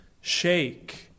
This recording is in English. shake